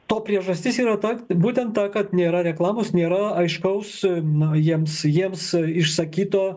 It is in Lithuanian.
to priežastis yra ta būtent ta kad nėra reklamos nėra aiškaus na jiems jiems išsakyto